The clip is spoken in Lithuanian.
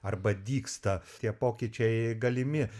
arba dygsta tie pokyčiai galimi